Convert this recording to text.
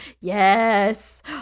Yes